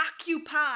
occupy